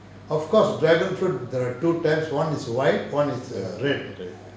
of course dragon fruit there are two parts one is white one is red